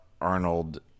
Arnold